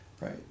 Right